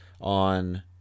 on